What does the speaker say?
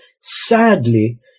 Sadly